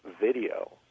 video